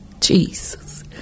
Jesus